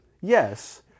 Yes